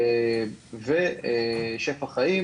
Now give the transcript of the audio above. שפע חיים